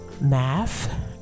math